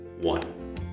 one